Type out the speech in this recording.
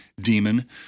demon